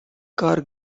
car